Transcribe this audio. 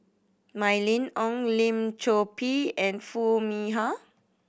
Mylene Ong Lim Chor Pee and Foo Mee Har